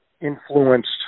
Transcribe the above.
influenced